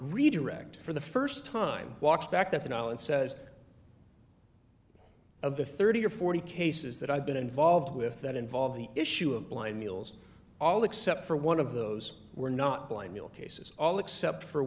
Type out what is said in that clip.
redirect for the st time walks back that's nolen says of the thirty or forty cases that i've been involved with that involve the issue of blind meals all except for one of those we're not blind neal cases all except for